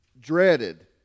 dreaded